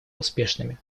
успешными